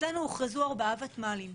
אצלנו הוכרזו ארבעה ותמ"לים.